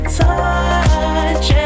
touch